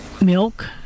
milk